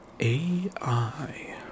AI